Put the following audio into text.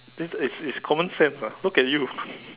this it's it's common sense lah look at you